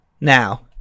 now